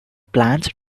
plans